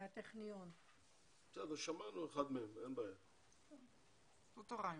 נמצאים איתי כאן גם פרופ' אילת פישמן